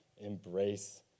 Embrace